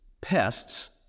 pests